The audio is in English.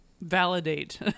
validate